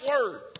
word